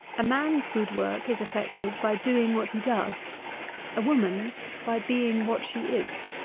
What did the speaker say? a man's good work is effected by doing what he does a woman's by being what she is,